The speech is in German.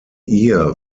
ihr